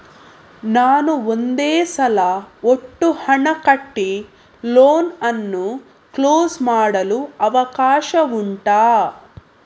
ನಾನು ಒಂದೇ ಸಲ ಒಟ್ಟು ಹಣ ಕಟ್ಟಿ ಲೋನ್ ಅನ್ನು ಕ್ಲೋಸ್ ಮಾಡಲು ಅವಕಾಶ ಉಂಟಾ